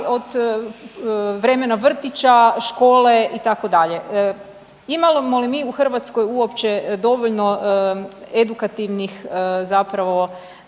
od vremena vrtića, škola itd. Imamo li mi u Hrvatskoj uopće dovoljno edukativnih zapravo